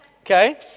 Okay